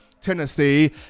Tennessee